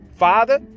Father